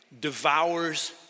devours